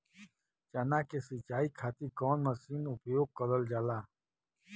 चना के सिंचाई खाती कवन मसीन उपयोग करल जाला?